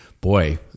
boy